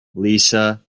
lisa